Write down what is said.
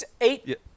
Eight